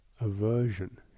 aversion